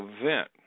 event